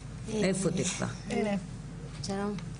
שלום.